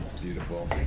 Beautiful